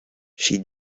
she